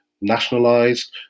nationalized